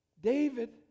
David